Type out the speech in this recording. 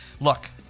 look